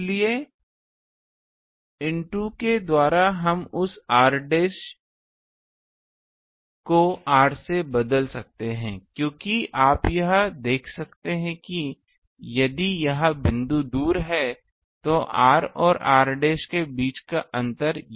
इसलिए इन 2 के द्वारा हम उस r डैशड को r से बदल सकते है क्योंकि आप यहाँ से देख सकते हैं कि यदि यह बिंदु दूर है तो r और r डैश के बीच का अंतर यह है